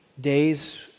days